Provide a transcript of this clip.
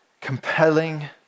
compelling